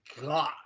God